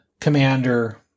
commander